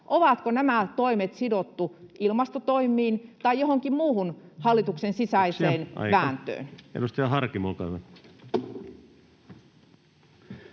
Onko nämä toimet sidottu ilmastotoimiin tai johonkin muuhun hallituksen sisäiseen vääntöön?